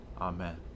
Amen